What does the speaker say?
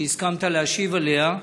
שהסכמת להשיב עליה.